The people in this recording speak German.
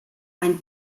ein